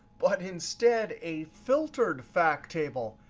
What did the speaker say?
but instead a filtered fact table.